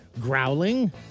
growling